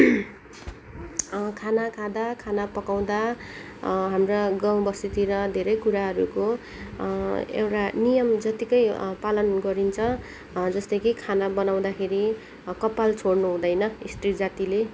खाना खाँदा खाना पकाउँदा हाम्रो गाउँ बस्तीतिर धेरै कुराहरूको एउटा नियम जतिकै पालन गरिन्छ जस्तो कि खाना बनाउँदा खेरि कपाल छोड्नु हुँदैन स्त्रीजातिले